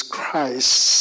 Christ